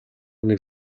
нэг